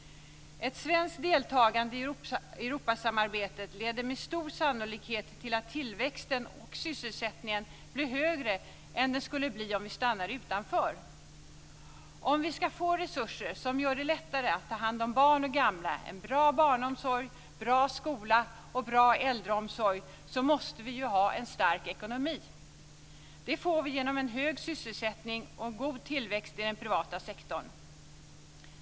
Ett svenskt deltagande i eurosamarbetet leder med stor sannolikhet till att tillväxten och sysselsättningen blir högre än vad den skulle bli om vi stannar utanför. Om vi ska få resurser som gör det lättare att ta hand om barn och gamla, bra barnomsorg, bra skola och bra äldreomsorg måste vi ha en stark ekonomi. Det får vi genom hög sysselsättning och god tillväxt i den privata sektorn.